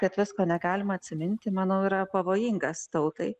kad visko negalima atsiminti manau yra pavojingas tautai